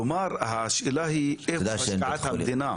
כלומר, השאלה היא איפה השקעת המדינה.